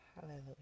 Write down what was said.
Hallelujah